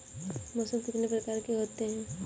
मौसम कितनी प्रकार के होते हैं?